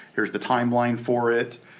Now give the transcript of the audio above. here's the timeline for it.